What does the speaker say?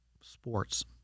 sports